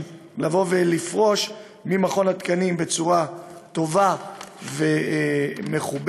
לבוא ולפרוש ממכון התקנים בצורה טובה ומכובדת.